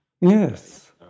Yes